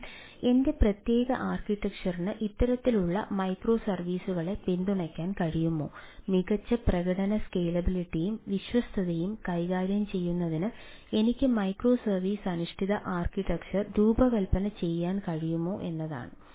അതിനാൽ എന്റെ പ്രത്യേക ആർക്കിടെക്ചറിനു ഇത്തരത്തിലുള്ള മൈക്രോസർവീസുകളെ പിന്തുണയ്ക്കാൻ കഴിയുമോ മികച്ച പ്രകടന സ്കേലബിളിറ്റിയും വിശ്വാസ്യതയും കൈകാര്യം ചെയ്യുന്നതിന് എനിക്ക് മൈക്രോസർവീസ് അധിഷ്ഠിത ആർക്കിടെക്ചർ രൂപകൽപ്പന ചെയ്യാൻ കഴിയുമോ എന്നത്